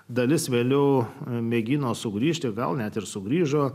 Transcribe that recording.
dalis vėliau mėgino sugrįžti gal net ir sugrįžo